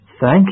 Thank